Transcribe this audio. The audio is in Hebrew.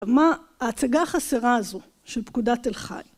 מה ההצגה החסרה הזו של פקודת תל-חי.